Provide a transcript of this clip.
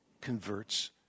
converts